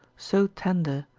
so tender,